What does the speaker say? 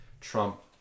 Trump